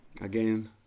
again